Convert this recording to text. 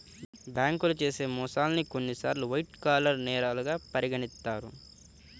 బ్యేంకులు చేసే మోసాల్ని కొన్నిసార్లు వైట్ కాలర్ నేరాలుగా పరిగణిత్తారు